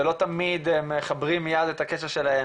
שלא תמיד מחברים מייד את הקשר שלהן.